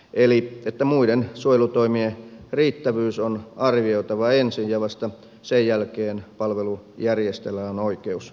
eli muiden suojelutoimien riittävyys on arvioitava ensin ja vasta sen jälkeen palvelunjärjestäjällä on oikeus toimia